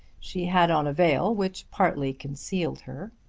she had on a veil which partly concealed her.